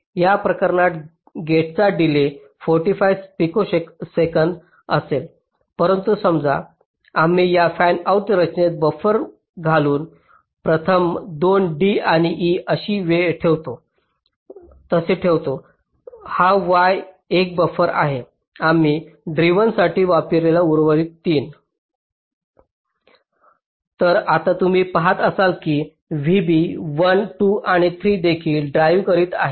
या प्रकरणात गेटचा डिलेज 45 पिकोसेकंद असेल परंतु समजा आम्ही या फॅनआउट रचनेत बफर घालून प्रथम दोन d आणि e जशी ठेवतो तसे ठेवतो हा y एक बफर आहे आम्ही ड्रिव्हनसाठी वापरतो उर्वरित तीन तर आता तुम्ही पाहत आहात की vB 1 2 आणि 3 देखील ड्राईव्ह करीत आहे